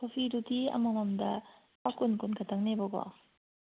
ꯀꯣꯐꯤꯗꯨꯗꯤ ꯑꯃꯃꯝꯗ ꯂꯨꯄꯥ ꯀꯨꯟ ꯀꯨꯟ ꯈꯇꯪꯅꯦꯕꯀꯣ